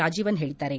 ರಾಜೀವನ್ ಹೇಳಿದ್ದಾರೆ